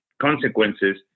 consequences